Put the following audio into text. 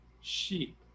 sheep